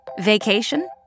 Vacation